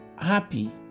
happy